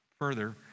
further